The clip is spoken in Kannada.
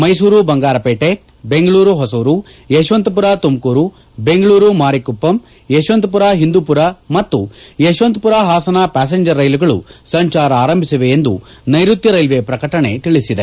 ಮೈಸೂರು ಬಂಗಾರಪೇಟೆ ಬೆಂಗಳೂರು ಹೊಸೂರು ಯಶವಂತಪುರ ತುಮಕೂರು ಬೆಂಗಳೂರು ಮಾರಿಕುಪ್ಪಂ ಯಶವಂತಪುರ ಹಿಂದೂಪುರ ಮತ್ತು ಯಶವಂತಪುರ ಹಾಸನ ಪ್ರಾಸೆಂಜರ್ ರೈಲುಗಳು ಸಂಚಾರ ಆರಂಭಿಸಿವೆ ಎಂದು ನೈರುತ್ತ ರೈಲ್ವೆ ಪ್ರಕಟಣೆ ತಿಳಿಸಿದೆ